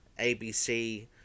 ABC